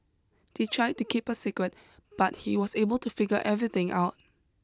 they tried to keep a secret but he was able to figure everything out